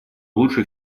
лучше